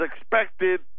expected